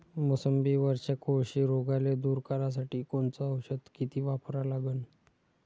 मोसंबीवरच्या कोळशी रोगाले दूर करासाठी कोनचं औषध किती वापरा लागन?